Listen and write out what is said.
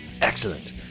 excellent